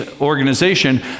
organization